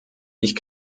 ich